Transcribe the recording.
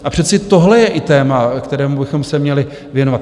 A přece tohle je i téma, kterému bychom se měli věnovat.